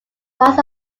parts